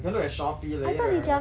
you can look at shopee later